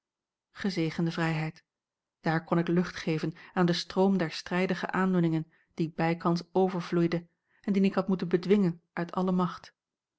gezegende vrijheid daar kon ik lucht geven aan den stroom der strijdige aandoeningen die bijkans overvloeide en dien ik had moeten bedwingen uit alle macht